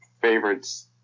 favorites